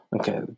Okay